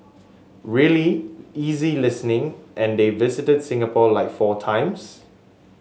really easy listening and they visited Singapore like four times